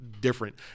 different